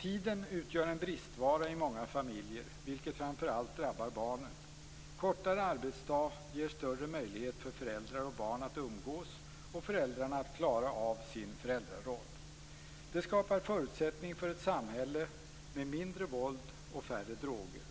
Tid utgör en bristvara i många familjer, vilket framför allt drabbar barnen. Kortare arbetsdag ger större möjlighet för föräldrar och barn att umgås och för föräldrarna att klara av sin föräldraroll. Det skapar förutsättning för ett samhälle med mindre våld och färre droger.